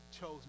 chose